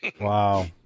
Wow